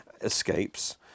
escapes